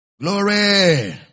Glory